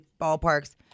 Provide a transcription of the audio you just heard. ballparks